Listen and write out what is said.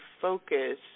focus